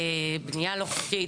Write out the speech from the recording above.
בנייה לא חוקית,